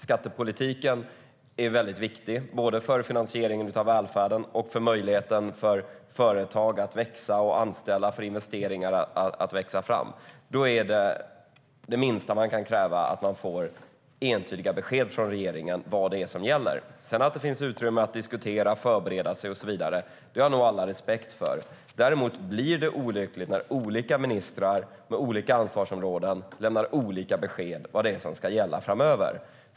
Skattepolitiken är väldigt viktig för finansieringen av välfärden, för möjligheten för företag att växa och anställa och för att investeringar ska växa fram. Det minsta man kan kräva är att det ges entydiga besked från regeringen om vad det är som gäller. Alla har nog respekt för att det ska finnas utrymme att diskutera, förbereda sig och så vidare. Däremot blir det olyckligt när olika ministrar med olika ansvarsområden lämnar olika besked om vad det är som ska gälla framöver.